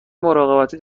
مراقبتی